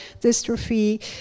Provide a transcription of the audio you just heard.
dystrophy